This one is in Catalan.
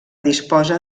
disposa